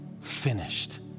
finished